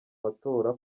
matora